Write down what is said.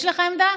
יש לך עמדה?